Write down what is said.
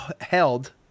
held